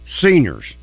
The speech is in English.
seniors